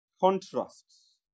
contrasts